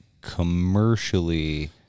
commercially